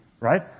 Right